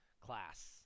class